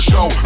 Show